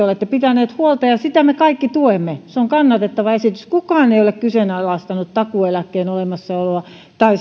olette pitäneet huolta ja sitä me kaikki tuemme se on kannatettava esitys kukaan ei ole kyseenalaistanut takuueläkkeen olemassaoloa tai